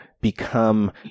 become